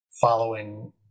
following